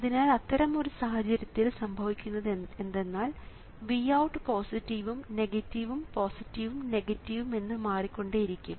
അതിനാൽ അത്തരമൊരു സാഹചര്യത്തിൽ സംഭവിക്കുന്നത് എന്തെന്നാൽ Vout പോസിറ്റീവും നെഗറ്റീവും പോസിറ്റീവും നെഗറ്റീവും എന്ന് മാറിക്കൊണ്ടിരിക്കും